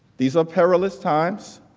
these are perilous times